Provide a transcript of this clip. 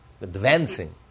advancing